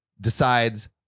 decides